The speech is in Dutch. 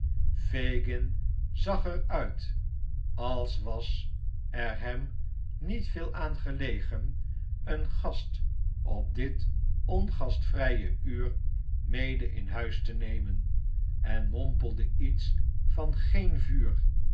fagin zag er uit als was er hem niet veel aan gelegen een gast op dit ongastvrije uur mede in huis te nemen en mompelde iets van geen vuur